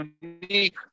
unique